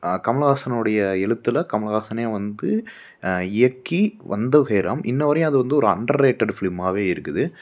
கமலஹாசனுடைய எழுத்தில் கமலஹாசனே வந்து இயக்கி வந்த ஹேராம் இன்ன வரையும் அது வந்து ஒரு அண்டரேட்டட் ஃபிலிம்மாவே இருக்குது